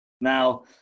Now